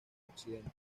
occidente